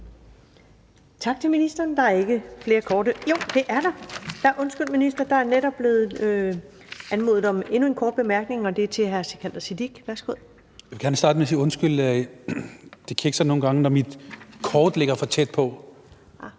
Tak til ministeren. Der er ikke flere korte bemærkninger. Jo, det er der. Undskyld til ministeren, for der er netop blevet anmodet om endnu en kort bemærkning, og den er fra hr. Sikandar Siddique. Værsgo. Kl. 14:05 Sikandar Siddique (UFG): Jeg vil gerne starte med at sige undskyld, for det kikser nogle gange, når mit kort ligger for tæt på,